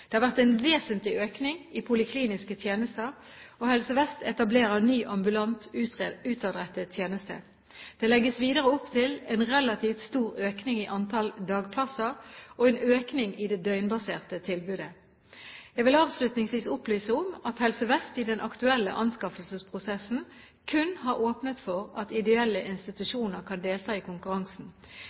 Det har vært en vesentlig økning i polikliniske tjenester, og Helse Vest etablerer ny ambulant, utadrettet tjeneste. Det legges videre opp til en relativt stor økning i antall dagplasser og en økning i det døgnbaserte tilbudet. Jeg vil avslutningsvis opplyse om at Helse Vest i den aktuelle anskaffelsesprosessen kun har åpnet for at ideelle institusjoner kan delta i konkurransen.